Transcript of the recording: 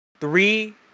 three